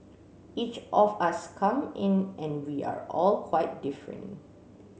each of us come in and we are all quite different